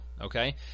okay